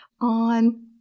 On